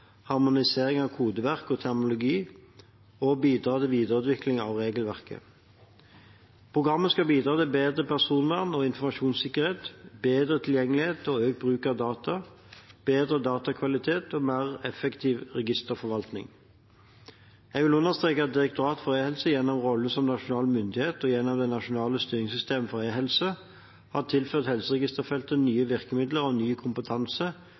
harmonisering av kodeverk og terminologi og å bidra til videreutvikling av regelverket. Programmet skal bidra til bedre personvern og informasjonssikkerhet, bedre tilgjengelighet og økt bruk av data, bedre datakvalitet og mer effektiv registerforvaltning. Jeg vil understreke at Direktoratet for e-helse gjennom rollen som nasjonal myndighet og gjennom det nasjonale styringssystemet for e-helse har tilført helseregisterfeltet nye virkemidler og ny kompetanse,